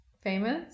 famous